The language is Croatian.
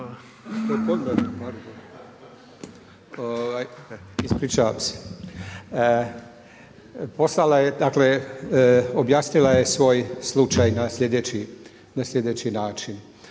ispričavam se. Poslala je dakle, objasnila je svoj slučaj na slijedeći način.